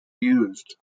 used